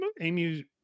Amy